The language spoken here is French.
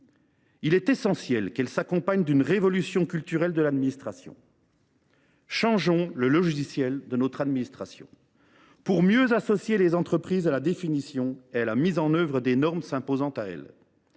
Il est essentiel qu’elle s’accompagne d’une révolution culturelle de l’administration. Changeons le logiciel de notre administration et faisons en sorte de mieux associer les entreprises à la définition et à la mise en œuvre des normes s’imposant à elles,